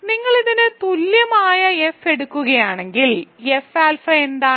നിങ്ങൾ ഇതിന് തുല്യമായ എഫ് എടുക്കുകയാണെങ്കിൽ എഫ് ആൽഫ എന്താണ്